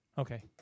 Okay